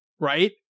Right